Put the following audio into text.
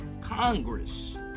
Congress